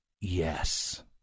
Yes